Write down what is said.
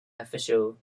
official